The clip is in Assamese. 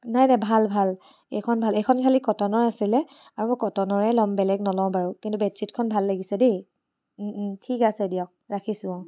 নাই নাই ভাল ভাল এইখন ভাল এইখন খালী কটনৰ আছিলে আৰু কটনৰে ল'ম বেলেগ ন'লও বাৰু কিন্তু বেডশ্বিটখন ভাল লাগিছে দেই ঠিক আছে দিয়ক ৰাখিছো অ'